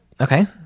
Okay